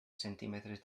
centímetres